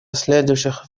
следующих